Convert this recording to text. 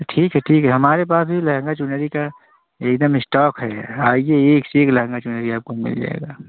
ठीक है ठीक है हमारे पास भी लहंगा चुनरी का एक दम इश्टाॅक है आइए एक से एक लहंगा चुनरी आपको मिल जाएगा